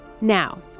Now